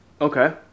okay